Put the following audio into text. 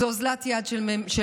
זו אוזלת יד של ממשלה,